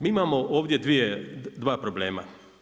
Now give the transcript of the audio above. Mi imamo ovdje dva problema.